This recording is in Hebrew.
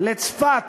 לצפת,